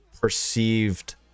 perceived